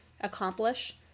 accomplish